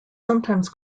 sometimes